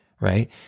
right